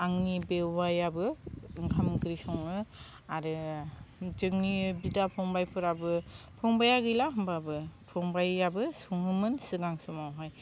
आंनि बेवायाबो ओंखाम ओंख्रि सङो आरो जोंनि बिदा फंबाइफोराबो फंबाया गैला होमब्लाबो फंबाइयाबो संङोमोन सिगां समावहाय